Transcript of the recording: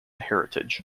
heritage